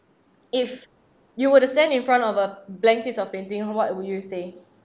if you were to stand in front of a blank piece of painting what would you say